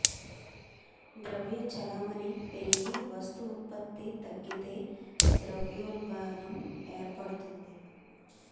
ద్రవ్య చలామణి పెరిగి వస్తు ఉత్పత్తి తగ్గితే ద్రవ్యోల్బణం ఏర్పడుతుంది